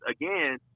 again